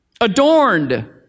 Adorned